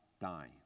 die